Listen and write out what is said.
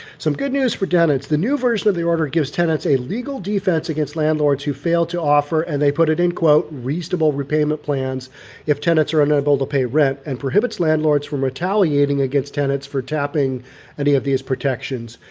some good news for dentists the new version of the order gives tenants a legal defense against landlords who fail to offer and they put it in court reasonable repayment plans if tenants are unable to pay rent and prohibits landlords from retaliating against tenants for tapping any of these protections,